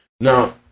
Now